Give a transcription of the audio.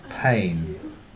pain